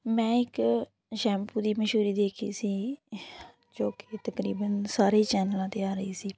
ਮੈਂ ਇੱਕ ਸ਼ੈਂਪੂ ਦੀ ਮਸ਼ਹੂਰੀ ਦੇਖੀ ਸੀ ਜੋ ਕਿ ਤਕਰੀਬਨ ਸਾਰੇ ਚੈਨਲਾਂ 'ਤੇ ਆ ਰਹੀ ਸੀ